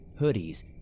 hoodies